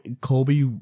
Kobe